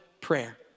prayer